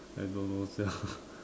I don't know sia